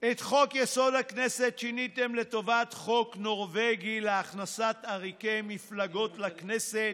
את חוק-יסוד: הכנסת שיניתם לטובת חוק נורבגי להכנסת עריקי מפלגות לכנסת,